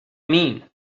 mean